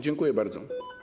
Dziękuję bardzo.